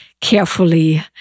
carefully